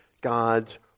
God's